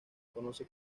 conoce